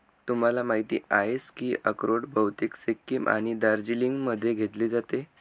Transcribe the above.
तुम्हाला माहिती आहेच की अक्रोड बहुतेक सिक्कीम आणि दार्जिलिंगमध्ये घेतले जाते